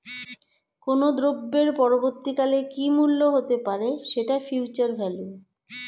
কোনো দ্রব্যের পরবর্তী কালে কি মূল্য হতে পারে, সেটা ফিউচার ভ্যালু